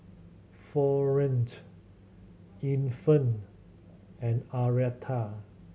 Florene Infant and Arietta